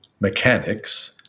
mechanics